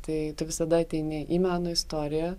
tai tu visada ateini į meno istoriją